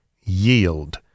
yield